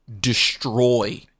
destroy